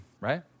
right